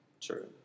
True